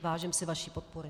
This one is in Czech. Vážím si vaší podpory.